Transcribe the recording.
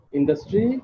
industry